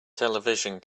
television